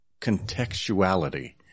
contextuality